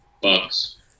Bucks